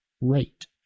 rate